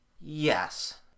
Yes